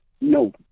no